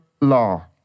law